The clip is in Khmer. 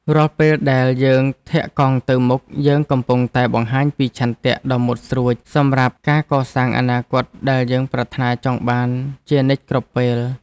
រាល់ពេលដែលយើងធាក់កង់ទៅមុខយើងកំពុងតែបង្ហាញពីឆន្ទៈដ៏មុតស្រួចសម្រាប់ការកសាងអនាគតដែលយើងប្រាថ្នាចង់បានជានិច្ចគ្រប់ពេល។